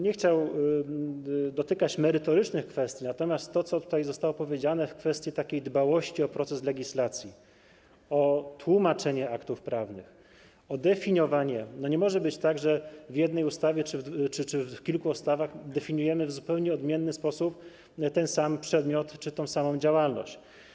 Nie chciałbym poruszać merytorycznych kwestii, natomiast zwrócę uwagę na to, co zostało powiedziane w kwestii dbałości o proces legislacji, o tłumaczenie aktów prawnych, o definiowanie - nie może być tak, że w jednej ustawie czy w kilku ustawach definiujemy w zupełnie odmienny sposób ten sam przedmiot czy tę samą działalność.